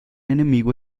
enemigo